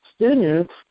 students